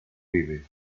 vive